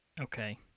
Okay